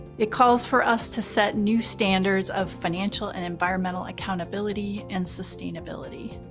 it calls for us to set new standards of financial and environmental accountability and sustainability.